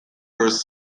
first